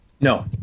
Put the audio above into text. No